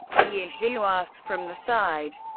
ye xiu asked from the side.